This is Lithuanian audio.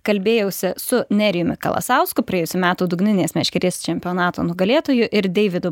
kalbėjausi su nerijumi kalasausku praėjusių metų dugninės meškerės čempionato nugalėtoju ir deividu